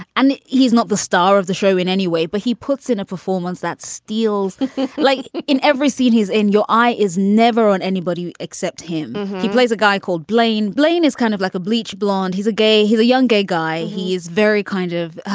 and he's not the star of the show in any way. but he puts in a performance that steals the fifth like in every scene he's in your eye is never on anybody except him. he plays a guy called blaine. blaine is kind of like a bleach blond. he's a gay. he's a young gay guy. he's very kind of,